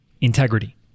Integrity